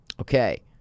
Okay